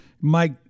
mike